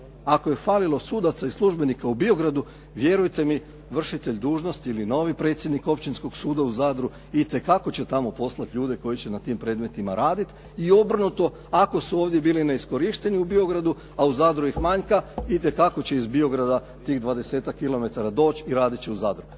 ako je falilo sudaca i službenika u Biogradu, vjerujte mi vršitelj dužnosti ili novi predsjednik Općinsko suda u Zadru itekako će tamo poslati ljudi koji će na tim predmetima raditi i obrnuto, ako su ovdje bili neiskorišteni u Biogradu, a u Zadru ih manjka, itekako će iz Biograda tih 20-ak kilometara doći i raditi će u Zadru.